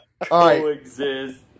Coexist